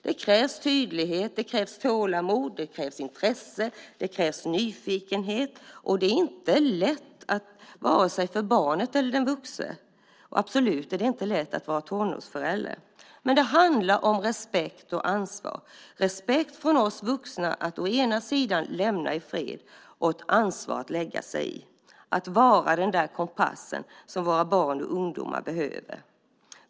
Det krävs tydlighet, det krävs tålamod, det krävs intresse, det krävs nyfikenhet, och det är inte lätt för vare sig barnet eller den vuxne. Det är absolut inte lätt att vara tonårsförälder. Men det handlar om respekt och ansvar, respekt från oss vuxna att å ena sidan lämna i fred och å andra sidan ett ansvar att lägga sig i, att vara den där kompassen som våra barn och ungdomar behöver.